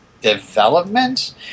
development